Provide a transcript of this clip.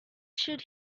should